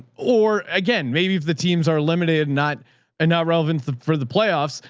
or again, maybe if the teams are limited, not a, not relevant for the playoffs,